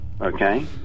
Okay